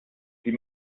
die